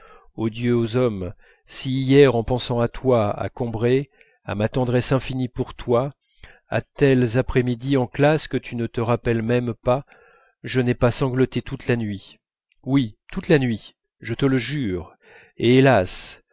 odieux aux hommes si hier en pensant à toi à combray à ma tendresse infinie pour toi à telles après-midi en classe que tu ne te rappelles même pas je n'ai pas sangloté toute la nuit oui toute la nuit je te le jure et hélas